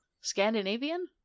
Scandinavian